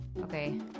Okay